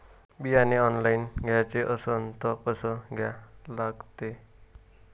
बियाने ऑनलाइन घ्याचे असन त कसं घ्या लागते?